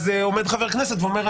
אז עומד חבר כנסת ואומר,